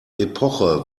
epoche